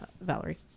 Valerie